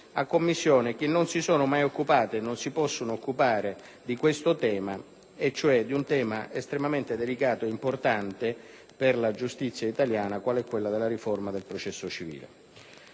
a Commissioni che non si sono mai occupate - e non si possono occupare - di questo argomento, ovvero di un tema estremamente delicato e importante per la giustizia italiana, quale quello della riforma del processo civile.